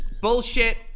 Bullshit